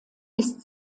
ist